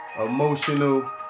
emotional